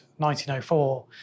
1904